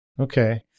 Okay